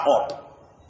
up